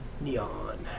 Neon